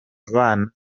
abana